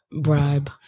Bribe